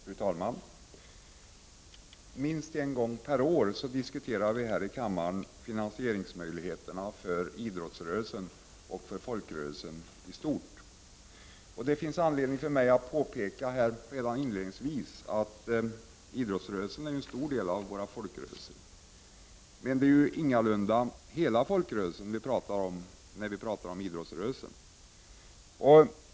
Fru talman! Minst en gång per år diskuterar vi här i kammaren finansieringsmöjligheterna för idrottsrörelsen och för folkrörelserna i stort. Det finns anledning för mig att redan inledningsvis påpeka att idrottsrörelsen är en stor del av våra folkrörelser, men det är ingalunda hela Folkrörelsesverige vi pratar om när vi talar om idrottsrörelsen.